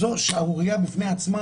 זו שערורייה בפני עצמה,